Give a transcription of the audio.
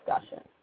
discussion